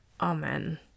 amen